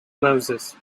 moses